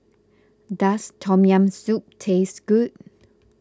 does Tom Yam Soup taste good